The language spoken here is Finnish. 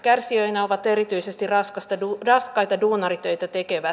kärsijöinä ovat erityisesti raskaita duunaritöitä tekevät miehet